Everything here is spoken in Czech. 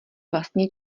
vlastně